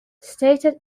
stated